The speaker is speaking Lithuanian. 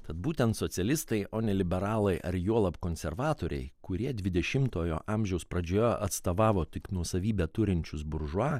tad būtent socialistai o ne liberalai ar juolab konservatoriai kurie dvidešimtojo amžiaus pradžioje atstovavo tik nuosavybę turinčius buržua